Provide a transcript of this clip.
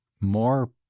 more